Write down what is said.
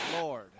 Lord